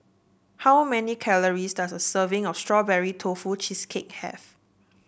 how many calories does a serving of Strawberry Tofu Cheesecake have